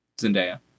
Zendaya